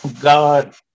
God